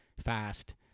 fast